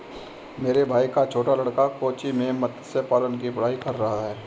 मेरे भाई का छोटा लड़का कोच्चि में मत्स्य पालन की पढ़ाई कर रहा है